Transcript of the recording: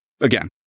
Again